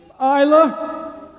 Isla